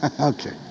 Okay